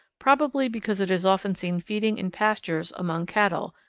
probably because it is often seen feeding in pastures among cattle,